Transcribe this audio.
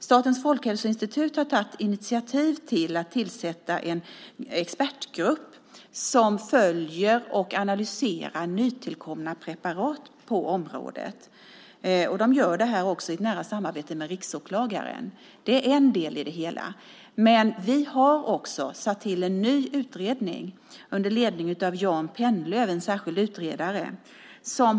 Statens folkhälsoinstitut har tagit initiativ till att tillsätta en expertgrupp som följer och analyserar nytillkomna preparat på området. De gör det i nära samarbete med riksåklagaren. Det är en del i det hela. Men vi har också tillsatt en ny utredning under ledning av den särskilde utredaren Jan Pennlöv.